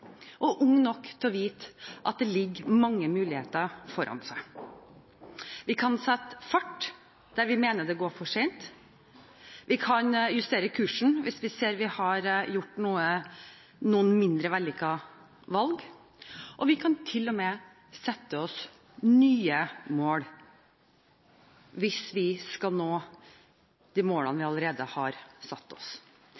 og ung nok til å vite at det ligger mange muligheter foran seg. Vi kan sette fart der vi mener det går for sent, hvis vi skal nå de målene vi allerede har satt oss. Vi kan justere kursen hvis vi ser vi har gjort noen mindre vellykkede valg. Vi kan til og med sette oss nye mål.